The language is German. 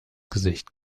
gesicht